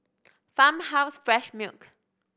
Farmhouse Fresh Milk